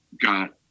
got